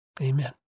amen